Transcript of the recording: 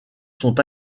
sont